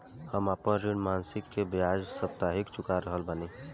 हम आपन ऋण मासिक के बजाय साप्ताहिक चुका रहल बानी